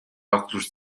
óculos